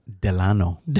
Delano